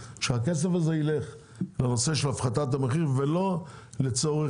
אנחנו אומרים שהכסף הזה ילך להפחתת המחיר ולא לצורך